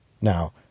Now